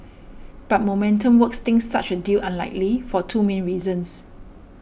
but Momentum Works thinks such a deal unlikely for two main reasons